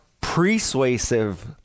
persuasive